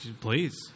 please